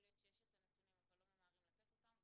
להיות שיש את הנתונים אבל לא ממהרים לתת אותם.